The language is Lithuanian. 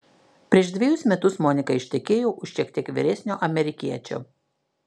prieš dvejus metus monika ištekėjo už šiek tiek vyresnio amerikiečio